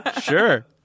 Sure